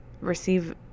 receive